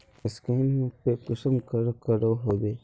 Scanning पे कुंसम करे करो होबे?